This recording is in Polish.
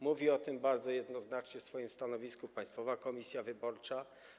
Mówi o tym bardzo jednoznacznie w swoim stanowisku Państwowa Komisja Wyborcza.